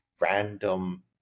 random